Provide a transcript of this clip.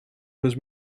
was